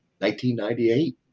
1998